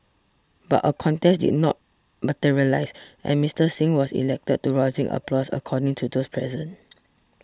but a contest did not materialise and Mister Singh was elected to rousing applause according to those present